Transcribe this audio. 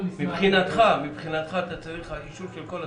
מבחינתך אתה צריך אישור של כל התקנות.